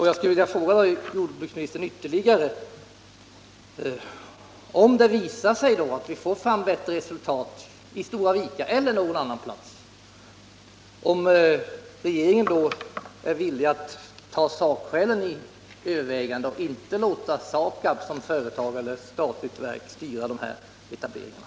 Jag skulle vilja fråga jordbruksministern ytterligare: Om det visar sig att det blir bättre resultat i Stora Vika eller på någon annan plats, är regeringen då villig att ta sakskälen under övervägande och inte låta SAKAB som företag eller statligt verk styra etableringarna?